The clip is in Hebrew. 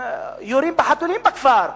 יורים בחתולים בכפר.